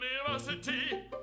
University